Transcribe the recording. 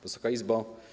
Wysoka Izbo!